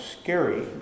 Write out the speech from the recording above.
scary